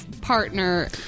partner